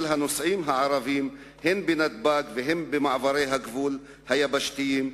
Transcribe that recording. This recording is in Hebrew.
הנוסעים הערבים הן בנתב"ג והן במעברי הגבול היבשתיים,